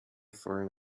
for